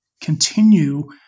continue